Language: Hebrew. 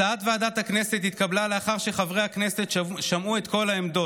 הצעת ועדת הכנסת התקבלה לאחר שחברי הכנסת שמעו את כל העמדות,